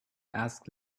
ask